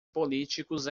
políticos